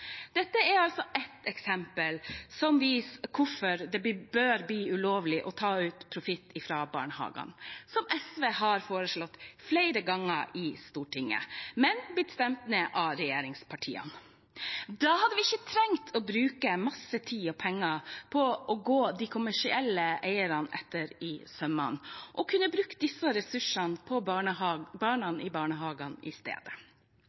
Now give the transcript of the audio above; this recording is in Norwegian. Dette er altså ett eksempel som viser hvorfor det bør bli ulovlig å ta ut profitt fra barnehagene, noe som SV har foreslått flere ganger i Stortinget, men det har blitt stemt ned av regjeringspartiene. Da hadde vi ikke trengt å bruke masse tid og penger på å gå de kommersielle eierne i sømmene, og vi kunne brukt disse ressursene på barnehagebarna i stedet.